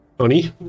Honey